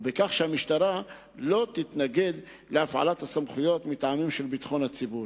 ובכך שהמשטרה לא תתנגד להפעלת הסמכויות מטעמים של ביטחון הציבור.